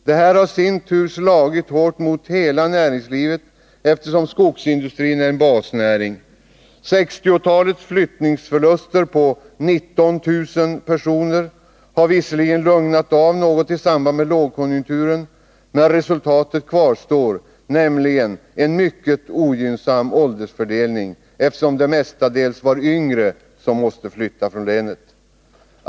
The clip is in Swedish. Detta har i sin tur slagit hårt mot hela näringslivet, eftersom skogsindustrin är en basnäring. 1960-talets flyttningsförluster på ca 19 000 personer har visserligen lugnat av något i samband med lågkonjunkturen, men resultatet kvarstår, nämligen en mycket ogynnsam åldersfördelning, eftersom det mestadels var yngre personer som måste flytta från länet.